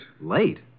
Late